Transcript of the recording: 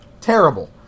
Terrible